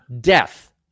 Death